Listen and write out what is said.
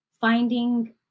finding